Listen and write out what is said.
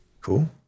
cool